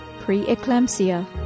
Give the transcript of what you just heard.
Pre-eclampsia